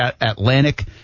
Atlantic